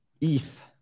ETH